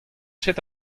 ket